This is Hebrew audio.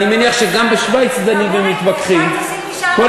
אני מניח שגם בשווייץ דנים ומתווכחים בשווייץ עושים משאל עם,